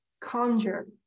conjure